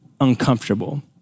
uncomfortable